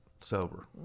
sober